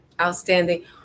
Outstanding